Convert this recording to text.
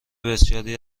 بسیاری